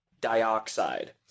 Dioxide